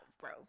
bro